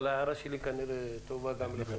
אבל ההערה שלי כנראה טובה גם לכם